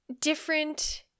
different